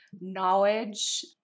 knowledge